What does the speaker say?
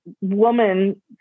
woman